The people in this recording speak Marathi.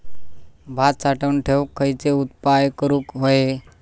भात साठवून ठेवूक खयचे उपाय करूक व्हये?